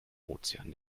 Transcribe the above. ozean